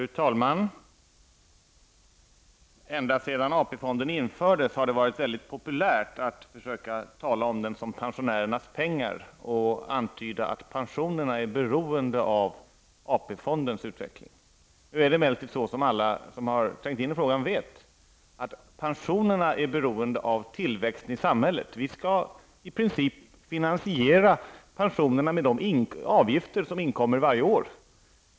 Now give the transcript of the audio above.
Fru talman! Ända sedan AP-fonden infördes har det varit mycket populärt att tala om den som pensionärernas pengar och antyda att pensionerna är beroende av AP-fondens utveckling. Som alla som har trängt in i frågan vet är emellertid pensionerna beroende av tillväxten i samhället. Vi skall i princip finansiera pensionerna med de avgifter som kommer in varje år.